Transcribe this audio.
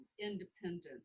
independent